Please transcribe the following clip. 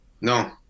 No